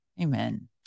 Amen